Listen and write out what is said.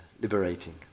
liberating